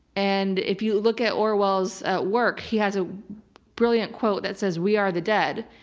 and if you look at orwell's ah work, he has a brilliant quote that says, we are the dead.